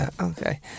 Okay